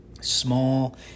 small